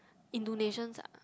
Indonesians ah